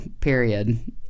period